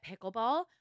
pickleball